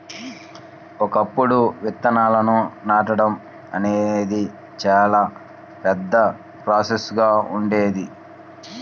ఒకప్పుడు విత్తనాలను నాటడం అనేది చాలా పెద్ద ప్రాసెస్ గా ఉండేది